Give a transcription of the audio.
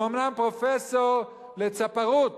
הוא אומנם פרופסור לצפרות,